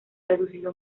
reducido